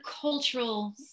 cultural